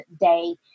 day